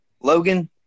Logan